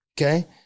okay